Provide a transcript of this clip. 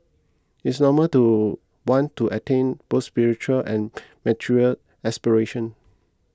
it is normal to want to attain both spiritual and material aspiration